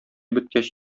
беткәч